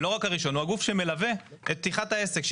ולא רק הראשון, הוא הגוף שמלווה את פתיחת העסק.